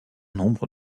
nombre